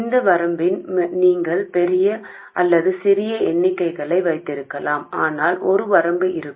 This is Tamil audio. இந்த வரம்பிற்கு நீங்கள் பெரிய அல்லது சிறிய எண்ணிக்கையை வைத்திருக்கலாம் ஆனால் ஒரு வரம்பு இருக்கும்